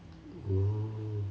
oo